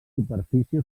superfície